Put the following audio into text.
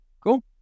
cool